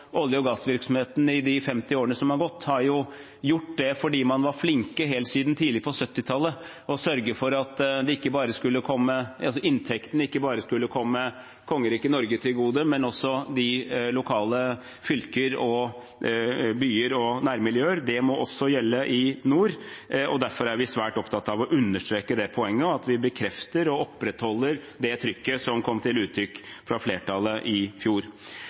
olje- og gassvirksomheten i de 50 årene som har gått, har gjort det fordi man har vært flinke – helt siden tidlig på 1970-tallet – til å sørge for at inntektene ikke skulle komme bare kongeriket Norge til gode, men også fylker, byer og nærmiljøer. Det må også gjelde i nord. Derfor er vi svært opptatt av å understreke det poenget, og at vi bekrefter og opprettholder det trykket som kom til uttrykk fra flertallet i fjor.